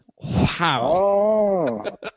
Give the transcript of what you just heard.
Wow